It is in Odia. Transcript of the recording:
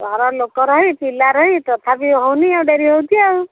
ଘର ଲୋକ ରହି ପିଲା ରହି ତଥାପି ହେଉନି ଆଉ ଡେରି ହେଉଛି ଆଉ